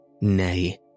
Nay